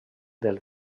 del